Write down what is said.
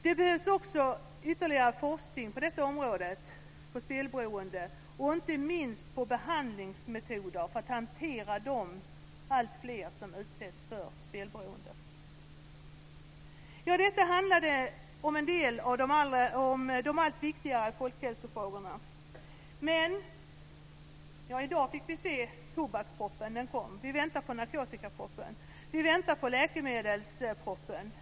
Det behövs också ytterligare forskning på detta område, inte minst när det gäller behandlingsmetoder för att hantera de alltfler som drabbas av spelberoende. Detta handlade om en del av de allt viktigare folkhälsofrågorna. I dag fick vi se tobaksproppen. Den kom. Vi väntar på narkotikaproppen. Vi väntar på läkemedelsproppen.